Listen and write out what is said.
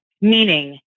Meaning